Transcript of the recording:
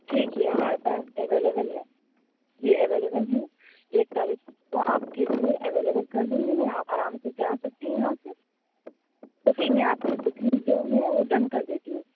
ٹھیک ہے ہمارے پاس اویلیبل ہے جی اویلیبل ہے ایک تاریخ کو آپ کے لیے اویلیبل کر دوں گی میں آپ آرام سے جا سکتے ہیں یہاں سے ہوٹل میں آپ کی بکنگ جو ہے وہ ڈن کر دیتی ہوں